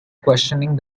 questioning